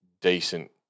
decent